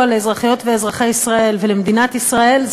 לאזרחיות ואזרחי ישראל ולמדינת ישראל,